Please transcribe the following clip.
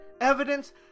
evidence